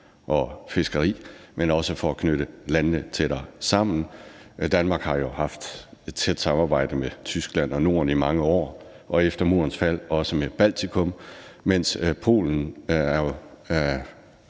og fiskeri, men også for at knytte landene tættere sammen. Danmark har haft et tæt samarbejde med Tyskland og Norden i mange år og efter Murens fald også med Baltikum, mens Polen blev